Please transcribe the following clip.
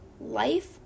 life